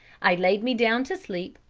i laid me down to sleep,